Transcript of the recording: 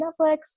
Netflix